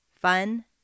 fun